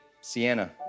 Sienna